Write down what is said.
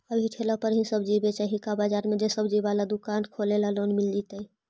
अभी ठेला पर सब्जी बेच ही का बाजार में ज्सबजी बाला दुकान खोले ल लोन मिल जईतै?